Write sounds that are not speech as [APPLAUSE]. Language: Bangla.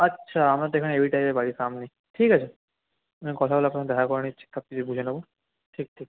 আচ্ছা আমাদের [UNINTELLIGIBLE] বাড়ির সামনেই ঠিক আছে কথা বলে আপনার [UNINTELLIGIBLE] দেখা করে নিচ্ছি সব কিছু বুঝে নেবো ঠিক ঠিক